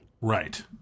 Right